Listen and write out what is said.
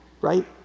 Right